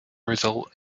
result